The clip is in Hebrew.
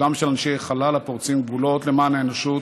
לכבודם של אנשי החלל הפורצים גבולות למען האנושות,